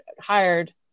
hired